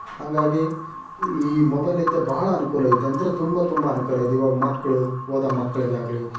ಹಂಗಾಗಿ ಈ ಮೊಬೈಲ್ನಿಂದ ಭಾಳ ಅನುಕೂಲ ಐತೆ ಅಂದರೆ ತುಂಬ ತುಂಬ ಅನುಕೂಲ ಐತೆ ಇವಾಗ ಮಕ್ಕಳು ಓದೋ ಮಕ್ಕಳಿಗಾಗ್ಲಿ